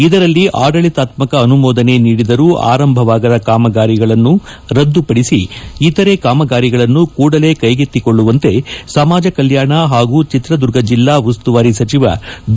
ಇದರಲ್ಲಿ ಆಡಳಿತಾತ್ತಕ ಅನುಮೋದನೆ ನೀಡಿದರೂ ಆರಂಭವಾಗದ ಕಾಮಗಾರಿಗಳನ್ನು ರದ್ದುಪಡಿಸಿ ಇತರೆ ಕಾಮಗಾರಿಗಳನ್ನು ಕೂಡಲೇ ಕೈಗೆತ್ತಿಕೊಳ್ಳುವಂತೆ ಸಮಾಜ ಕಲ್ಲಾಣ ಹಾಗೂ ಚಿತ್ರದುರ್ಗ ಜಿಲ್ಲಾ ಉಸ್ತುವಾರಿ ಸಚಿವ ಬಿ